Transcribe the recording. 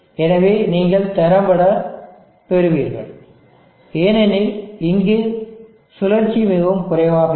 எனவே நீங்கள் திறம்பட பெறுவீர்கள் ஏனெனில் இங்கு சுழற்சி மிகவும் குறைவாக இருக்கும்